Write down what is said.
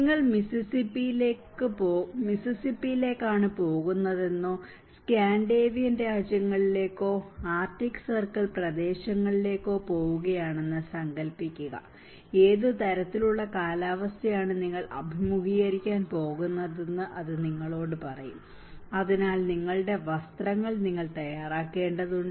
നിങ്ങൾ മിസിസിപ്പിയിലേക്കാണ് പോകുന്നതെന്നോ സ്കാൻഡിനേവിയൻ രാജ്യങ്ങളിലേക്കോ ആർട്ടിക് സർക്കിൾ പ്രദേശങ്ങളിലേക്കോ പോകുകയാണെന്ന് സങ്കൽപ്പിക്കുക ഏത് തരത്തിലുള്ള കാലാവസ്ഥയാണ് നിങ്ങൾ അഭിമുഖീകരിക്കാൻ പോകുന്നതെന്ന് അത് നിങ്ങളോട് പറയും അതിനാൽ നിങ്ങളുടെ വസ്ത്രങ്ങൾ നിങ്ങൾ തയ്യാറാക്കേണ്ടതുണ്ട്